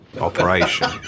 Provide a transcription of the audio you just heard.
operation